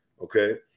okay